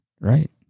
Right